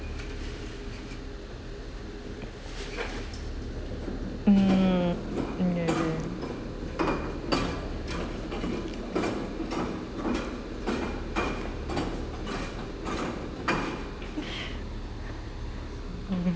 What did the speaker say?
mm never